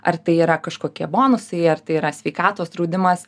ar tai yra kažkokie bonusai ar tai yra sveikatos draudimas